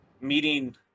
meeting